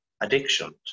addictions